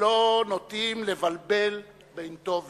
ולא נוטים לבלבל בין טוב לרע.